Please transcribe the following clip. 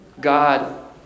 God